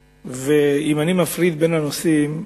ואם אני מפריד בין הנושאים,